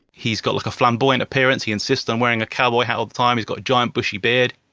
he's got like, a flamboyant appearance, he insists on wearing a cowboy hat all the time, he's got a giant bushy beard.